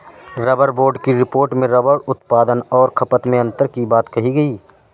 rubber board की report में rubber उत्पादन और खपत में अन्तर की बात कही गई